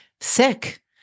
sick